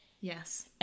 yes